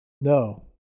No